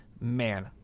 man